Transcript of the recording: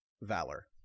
Valor